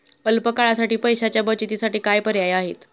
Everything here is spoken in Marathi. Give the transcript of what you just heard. अल्प काळासाठी पैशाच्या बचतीसाठी काय पर्याय आहेत?